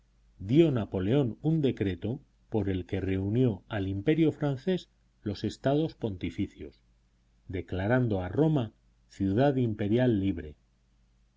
dio napoleón un decreto por el que reunió al imperio francés los estados pontificios declarando a roma ciudad imperial libre